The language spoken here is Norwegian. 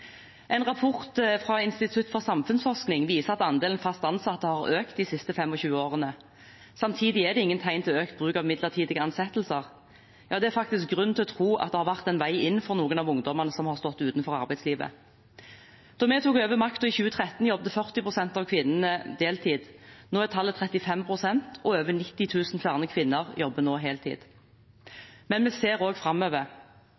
En rapport fra Institutt for samfunnsforskning viser at andelen fast ansatte har økt de siste 25 årene. Samtidig er det ingen tegn til økt bruk av midlertidige ansettelser. Det er faktisk grunn til å tro at det har vært en vei inn for flere av ungdommene som har stått utenfor arbeidslivet. Da vi tok over makten i 2013, jobbet 40 pst. av kvinnene deltid. Nå er tallet 35 pst., og over 90 000 flere kvinner jobber nå heltid. Vi ser også framover.